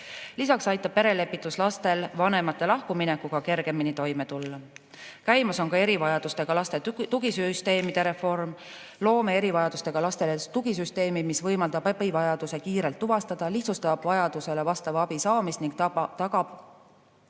Lisaks aitab perelepitus lastel vanemate lahkuminekuga kergemini toime tulla. Käimas on ka erivajadustega laste tugisüsteemide reform. Loome erivajadustega lastele tugisüsteemi, mis võimaldab abivajaduse kiirelt tuvastada, lihtsustab vajadusele vastava abi saamist ning tagab